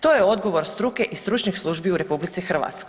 To je odgovor struke i stručnih službi u RH.